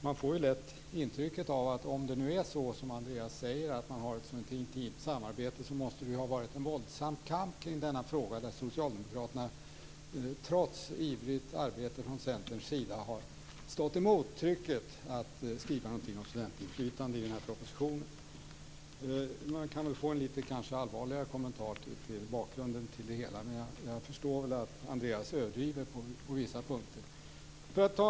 Man får lätt intrycket - om det nu är som Andreas Carlgren säger, att man har ett så intimt samarbete - att det måste ha varit en våldsam kamp kring denna fråga, där Socialdemokraterna trots ivrigt arbete från Centerns sida har stått emot trycket att skriva någonting om studentinflytande i den här propositionen. Man kanske kan få en allvarligare kommentar till bakgrunden till detta, men jag förstår att Andreas Carlgren överdriver på vissa punkter.